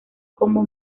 como